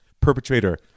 perpetrator